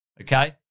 Okay